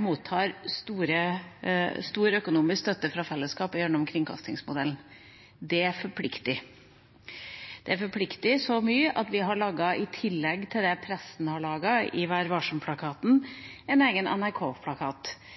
mottar stor økonomisk støtte fra fellesskapet gjennom kringkastingsmodellen. Det forplikter. Det forplikter så mye at vi i tillegg til det pressen har laget i Vær varsom-plakaten, har laget en egen